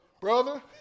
brother